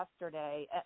yesterday